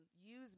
use